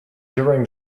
during